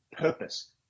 purpose